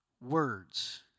words